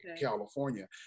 California